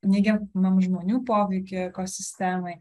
neigia mam žmonių poveikiui ekosistemai